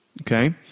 Okay